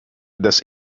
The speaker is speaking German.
das